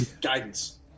Guidance